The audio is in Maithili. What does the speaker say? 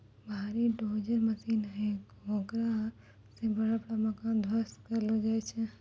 भारी डोजर मशीन हेकरा से बड़ा बड़ा मकान ध्वस्त करलो जाय छै